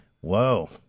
Whoa